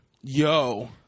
yo